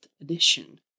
edition